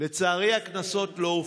לצערי הקנסות לא הופחתו,